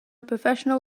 professional